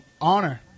honor